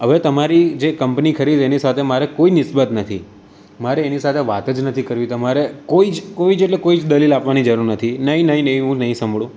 હવે તમારી જે કંપની ખરી એની સાથે મારે કોઈ નિસ્બત નથી મારે એની સાથે વાત જ નથી કરવી તમારે કોઈ જ કોઈ જ એટલે કોઈ જ દલીલ આપવાની જરૂર નથી નહીં નહીં નહીં એ હું નહીં સાંભળું